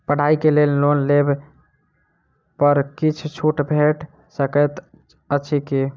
पढ़ाई केँ लेल लोन लेबऽ पर किछ छुट भैट सकैत अछि की?